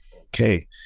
okay